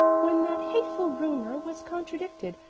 when that hateful rumor was contradicted,